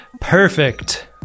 Perfect